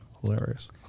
Hilarious